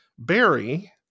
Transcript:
Barry